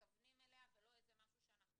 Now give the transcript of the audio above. מתכוונים אליה ולא איזה משהו שאנחנו